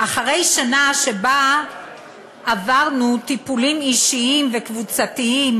"אחרי שנה שבה עברנו טיפולים אישיים וקבוצתיים